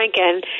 Franken